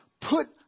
put